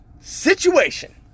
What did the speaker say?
situation